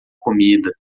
comida